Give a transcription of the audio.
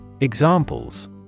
Examples